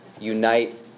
unite